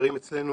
שמוכרים אצלנו